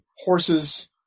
Horses